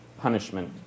punishment